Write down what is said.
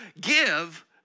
give